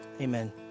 amen